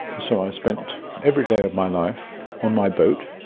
so i spent every day of my life on my boat,